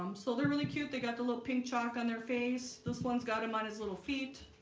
um so they're really cute. they got the little pink chalk on their face. this one's got him on his little feet